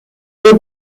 des